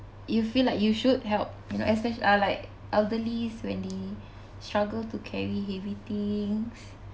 you feel like you should help you know espec~ uh like elderly when they struggle to carry heavy things